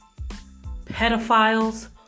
pedophiles